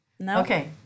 Okay